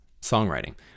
songwriting